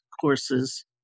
courses